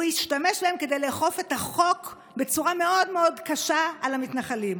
הוא השתמש בהם כדי לאכוף את החוק בצורה מאוד מאוד קשה על המתנחלים.